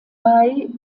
bei